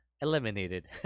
eliminated